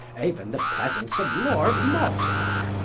euen the presence of lord mortimer,